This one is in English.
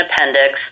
Appendix